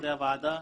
חברי הוועדה.